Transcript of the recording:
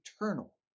eternal